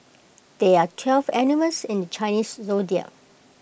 there are twelve animals in the Chinese Zodiac